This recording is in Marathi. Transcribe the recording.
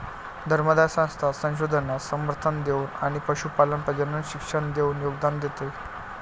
धर्मादाय संस्था संशोधनास समर्थन देऊन आणि पशुपालन प्रजनन शिक्षण देऊन योगदान देते